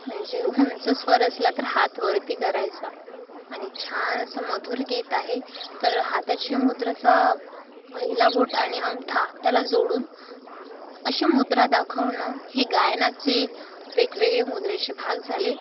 म्हणजे उंच स्वर असला तर हात वरती करायचा आणि छान असं मधुर गीत आहे तर हाताची मुद्राचा पहिला बोट आणि अंगठा त्याला जोडून असे मुद्रा दाखवणं हे गायनाचे वेगवेगळे मुद्रेचे भाग झाले